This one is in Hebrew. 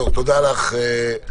תודה לך.